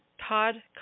Todd